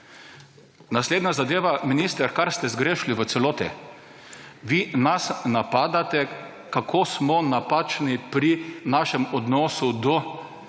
Naslednja zadeva. Minister, kar ste zgrešili v celoti. Vi nas napadate, kako smo napačni pri našem odnosu do